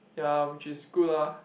ya which is good ah